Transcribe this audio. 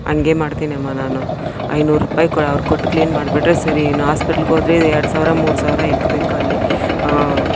ಹಂಗೇ ಮಾಡ್ತಿನಿಯಮ್ಮ ನಾನು ಐನೂರ್ರುಪಾಯಿ ಅವ್ರು ಕೊಟ್ಟು ಕ್ಲೀನ್ ಮಾಡಿಬಿಟ್ರೆ ಸರೀ ಇನ್ನು ಆಸ್ಪೆಟ್ಲ್ಗೆ ಹೋದ್ರೇ ಎರ್ಡು ಸಾವಿರ ಮೂರು ಸಾವಿರ ಇಕ್ಬೇಕು ಅಲ್ಲಿ ಆಂ